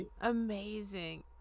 amazing